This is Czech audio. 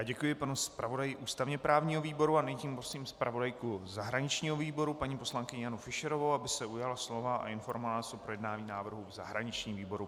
Děkuji panu zpravodaji ústavněprávního výboru a nyní prosím zpravodajku zahraničního výboru paní poslankyni Janu Fischerovou, aby se ujala slova a informovala nás o projednání návrhu v zahraničním výboru.